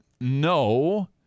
No